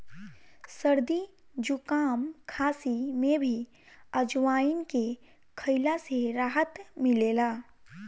सरदी जुकाम, खासी में भी अजवाईन के खइला से राहत मिलेला